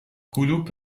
کلوپ